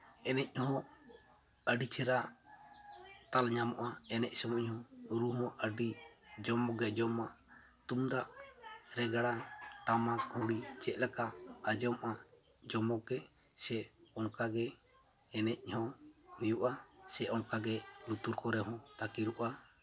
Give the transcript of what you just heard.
ᱮᱱᱮᱡ ᱦᱚᱸ ᱟᱹᱰᱤ ᱪᱮᱦᱨᱟ ᱛᱟᱞ ᱧᱟᱢᱚᱜᱼᱟ ᱮᱱᱮᱡ ᱥᱚᱢᱚᱭ ᱦᱚᱸ ᱨᱩ ᱦᱚᱸ ᱟᱹᱰᱤ ᱡᱚᱢᱚᱠᱮ ᱡᱚᱢᱚᱠ ᱛᱩᱢᱫᱟᱜ ᱨᱮᱜᱽᱲᱟ ᱴᱟᱢᱟᱠ ᱜᱷᱩᱲᱤ ᱪᱮᱫ ᱞᱮᱠᱟ ᱟᱸᱡᱚᱢᱚᱜᱼᱟ ᱡᱚᱢᱚᱠ ᱜᱮ ᱥᱮ ᱚᱱᱠᱟᱜᱮ ᱮᱱᱮᱡ ᱦᱚᱸ ᱦᱩᱭᱩᱜᱼᱟ ᱥᱮ ᱚᱱᱠᱟᱜᱮ ᱞᱩᱛᱩᱨ ᱠᱚᱨᱮ ᱦᱚᱸ ᱛᱟᱠᱮᱨᱚᱜᱼᱟ